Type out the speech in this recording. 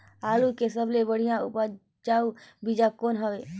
आलू के सबले बढ़िया उपजाऊ बीजा कौन हवय?